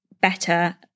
better